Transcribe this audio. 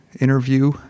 interview